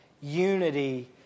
unity